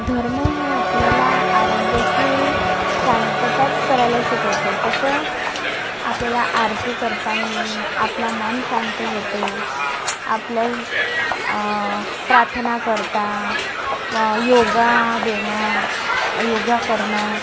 धर्म हा आपल्याला आरोग्याची शांतताच करायला शिकवते कसं आपल्याला आरती करतांना आपला मन शांत होतो आपल्या प्रार्थना करता व योग देणं योग करणं